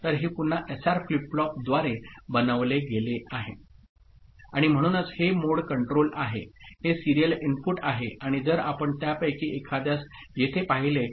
तर हे पुन्हा एसआर फ्लिप फ्लॉपद्वारे बनवले गेले आहे आणि म्हणूनच हे मोड कंट्रोल आहे हे सीरियल इनपुट आहे आणि जर आपण त्यापैकी एखाद्यास येथे पाहिले तर